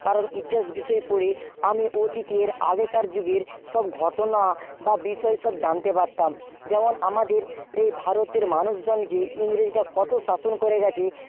কারণ ইতিহাস বিষয় পড়ে আমি অতীতের আগেকার যুগের সব ঘটনা বা বিষয় সব জানতে পারতাম যেমন আমাদের এই ভারতের মানুষজনকে ইংরেজরা কত শাসন করে গেছে